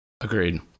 agreed